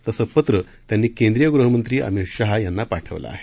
तसं पत्र त्यांनी केंद्रीय गृहमंत्री अमित शहा यांना पाठवलं आहे